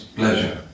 pleasure